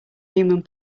human